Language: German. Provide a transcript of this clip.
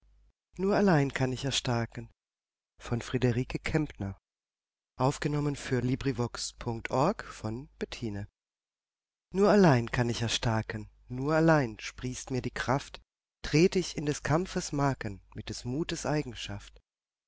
nur allein kann ich erstarken nur allein kann ich erstarken nur allein sprießt mir die kraft tret ich in des kampfes marken mit des mutes